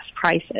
prices